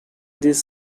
this